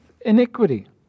iniquity